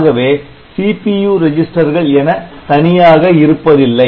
ஆகவே CPU ரெஜிஸ்டர்கள் என தனியாக இருப்பதில்லை